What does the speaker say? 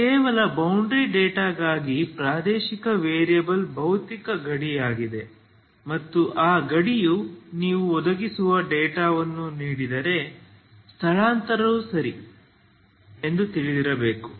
ಕೇವಲ ಬೌಂಡರಿ ಡೇಟಾಗಾಗಿ ಪ್ರಾದೇಶಿಕ ವೇರಿಯೇಬಲ್ ಭೌತಿಕ ಗಡಿಯಾಗಿದೆ ಮತ್ತು ಆ ಗಡಿಯು ನೀವು ಒದಗಿಸುವ ಡೇಟಾವನ್ನು ನೀಡಿದರೆ ಸ್ಥಳಾಂತರವು ಸರಿ ಎಂದು ತಿಳಿದಿರಬೇಕು